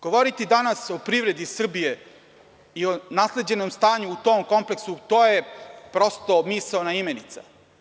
Govoriti danas o privredi Srbije i o nasleđenom stanju u tom kompleksu, to je prosto misaona imenica.